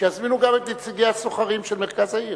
שיזמינו גם את נציגי הסוחרים של מרכז העיר.